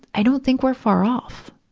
i don't think we're far off